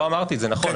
לא את זה נכון,